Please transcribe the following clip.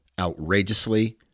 outrageously